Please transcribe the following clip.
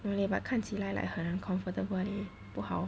really but 看起来 like uncomfortable leh 不好